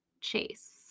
Chase